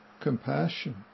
compassion